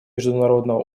международного